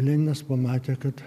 leninas pamatė kad